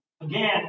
Again